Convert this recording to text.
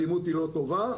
האלימות היא לא טובה.